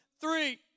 three